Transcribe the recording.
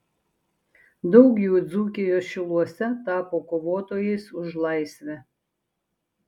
daug jų dzūkijos šiluose tapo kovotojais už laisvę